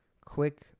quick